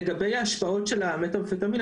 לגבי ההשפעות של המתאמפטמין,